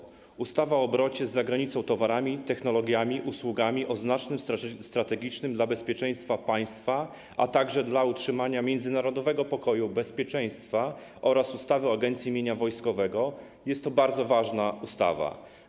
Ustawa o zmianie ustawy o obrocie z zagranicą towarami, technologiami i usługami o znaczeniu strategicznym dla bezpieczeństwa państwa, a także dla utrzymania międzynarodowego pokoju i bezpieczeństwa oraz ustawy o Agencji Mienia Wojskowego jest bardzo ważną ustawą.